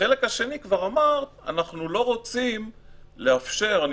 בחלק השני את כבר אמרת "אנחנו לא רוצים לאפשר" ואני